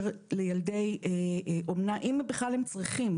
לילדי אומנה לפנות - אם בכלל הם צריכים.